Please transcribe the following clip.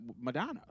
Madonna